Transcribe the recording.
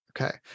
Okay